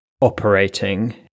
operating